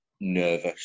nervous